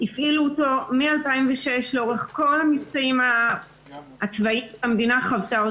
הפעילו אותו מ-2006 לאורך המבצעים הצבאיים שהמדינה חוותה.